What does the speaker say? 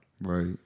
Right